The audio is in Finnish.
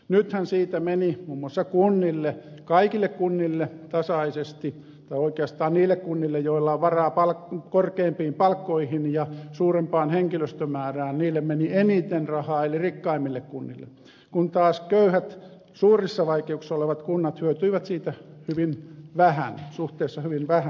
nythän siitä meni muun muassa kaikille kunnille tasaisesti ja oikeastaan niille kunnille joilla on varaa korkeampiin palkkoihin ja suurempaan henkilöstömäärään meni eniten rahaa eli rikkaimmille kunnille kun taas köyhät suurissa vaikeuksissa olevat kunnat hyötyivät siitä hyvin vähän suhteessa hyvin vähän